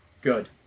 Good